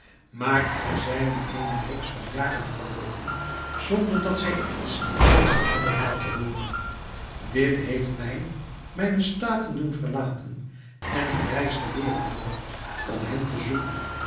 maar er zijn nu eene reeks van jaren verloopen zonder dat zij iets van zich hebben laten hooren dit heeft mij mijne staten doen verlaten en ik reis de wereld door om hen te zoeken